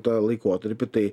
tą laikotarpį tai